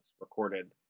recorded